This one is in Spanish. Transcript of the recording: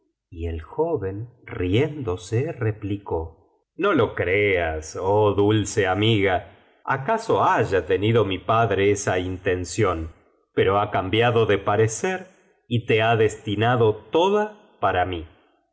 y el joven riéndose replicó no lo creas oh dulce amiga acaso haya tenido mi padre esa intención pero ha cambiado de parecer y te ha destinado toda para mí